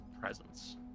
presence